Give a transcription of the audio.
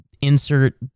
insert